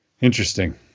Interesting